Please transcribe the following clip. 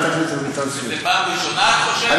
זה פעם ראשונה, את חושבת?